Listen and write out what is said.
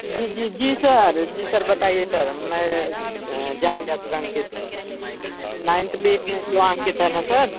जी जी जी सर जी सर बताइए सर मैं जान गया सर अंकित नाइंथ बी में जो अंकित है ना सर